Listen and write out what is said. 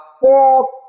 four